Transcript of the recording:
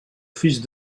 fils